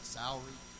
salary